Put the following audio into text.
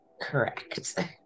Correct